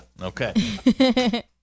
Okay